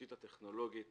התשתית הטכנולוגית